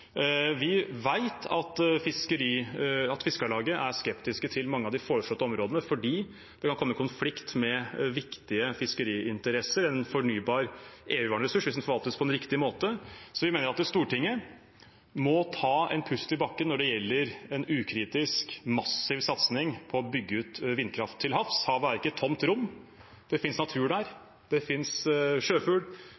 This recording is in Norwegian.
Vi vet at Fiskarlaget er skeptisk til mange av de foreslåtte områdene, fordi det kan komme i konflikt med viktige fiskeriinteresser, en fornybar evigvarende ressurs hvis den forvaltes på riktig måte. Vi mener at Stortinget må ta en pust i bakken når det gjelder en ukritisk massiv satsing på å bygge ut vindkraft til havs. Havet er ikke et tomt rom – det finnes natur der,